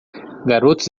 garotos